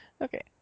Okay